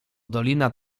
dolina